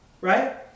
right